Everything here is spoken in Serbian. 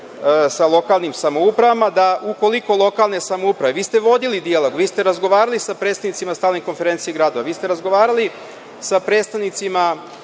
sa lokalnim samoupravama, da ukoliko lokalne samouprave, vi ste vodili dijalog, vi ste razgovarali sa predstavnicima stranih konferencija grada, vi ste razgovarali sa predstavnicima